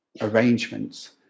arrangements